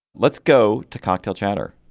let's go to cocktail chatter